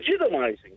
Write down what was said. legitimizing